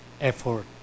effort